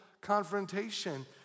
confrontation